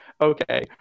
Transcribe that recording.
Okay